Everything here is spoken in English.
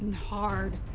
hard.